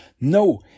No